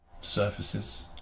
surfaces